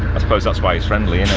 i suppose that's why he's friendly